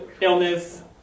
illness